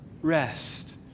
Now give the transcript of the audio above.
rest